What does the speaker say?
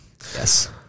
Yes